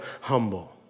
humble